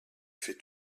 fait